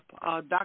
Dr